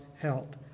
help